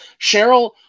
Cheryl